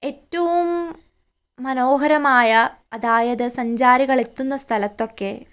എറ്റവും മനോഹരമായ അതായത് സഞ്ചാരികളെത്തുന്ന സ്ഥലത്തൊക്കെ